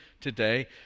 today